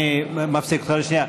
אני מפסיק אותך לשנייה.